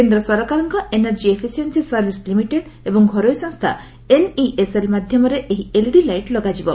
କେନ୍ଦ ସରକାରଙ୍କ energy efficiency service limited ଏବଂ ଘରୋଇ ସଂସ୍ରା ଏନ୍ଇଏସ୍ଏଲ୍ ମାଧ୍ଧମରେ ଏହି ଏଲ୍ଇଡି ଲାଇଟ୍ ଲଗାଯିବ